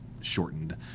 shortened